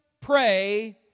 pray